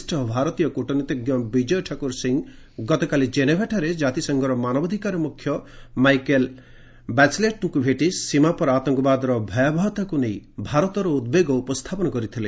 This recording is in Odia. ବରିଷ୍ଠ ଭାରତୀୟ କୃଟନୀତିଜ୍ଞ ବିଜୟ ଠାକୁର ସିଂହ ଗତକାଲି ଜେନେଭାଠାରେ ଜାତିସଂଘର ମାନବାଧିକାର ମୁଖ୍ୟ ମାଇକେଲ୍ ବାଚେଲେଟ୍ଙ୍କୁ ଭେଟି ସୀମାପାର୍ ଆତଙ୍କବାଦର ଭୟାବହତାକୁ ନେଇ ଭାରତର ଉଦ୍ବେଗ ଉପସ୍ଥାପନ କରିଥିଲେ